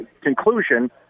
conclusion